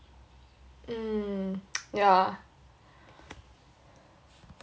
mm yeah